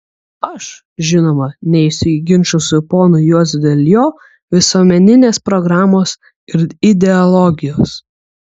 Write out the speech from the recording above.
aš žinoma neisiu į ginčus su ponu juozu dėl jo visuomeninės programos ir ideologijos